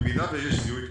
במידה שיש זיהוי כזה.